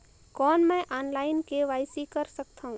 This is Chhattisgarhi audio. कौन मैं ऑनलाइन के.वाई.सी कर सकथव?